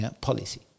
policy